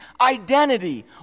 identity